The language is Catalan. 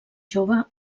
jove